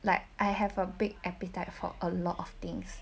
like I have a big appetite for a lot of things